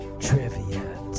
Trivia